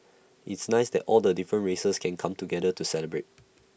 it's nice that all the different races can come together to celebrate